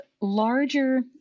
larger